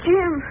Jim